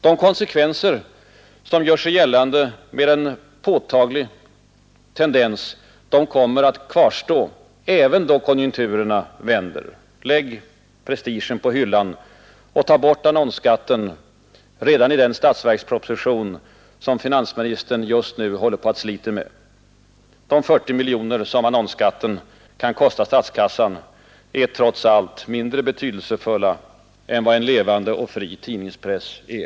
De konsekvenser som gör sig gällande med en påtaglig tendens kommer att kvarstå även då konjunkturerna vänder. Lägg prestigen på hyllan och ta bort annonsskatten redan i den statsverksproposition som finansministern just nu håller på och sliter med. De 40 miljoner som annonsskatten kan kosta statskassan är trots allt mindre betydelsefulla än vad en levande och fri tidningspress är.